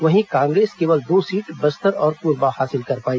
वहीं कांग्रेस केवल दो सीट बस्तर और कोरबा हासिल कर पाई